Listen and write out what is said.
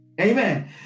Amen